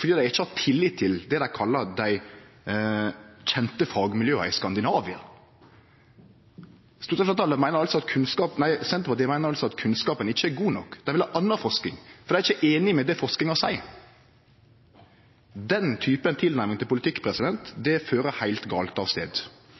fordi dei ikkje har tillit til det dei kallar dei kjente fagmiljøa i Skandinavia. Senterpartiet meiner altså at kunnskapen ikkje er god nok. Dei vil ha anna forsking, for dei er ikkje einige med det forskinga seier. Den typen tilnærming til politikk fører heilt gale av